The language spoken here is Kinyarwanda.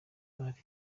ari